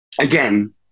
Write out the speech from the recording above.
again